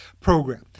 program